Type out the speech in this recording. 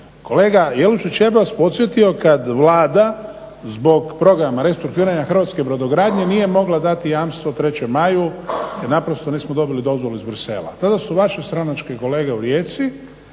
Kolega Jelušić, ja bih vas podsjetio kad Vlada zbog programa restrukturiranja hrvatske brodogradnje nije mogla dati jamstvo 3. Maju jer naprosto nismo dobili dozvolu iz Bruxellesa. Tada su vaše stranačke kolege u Rijeci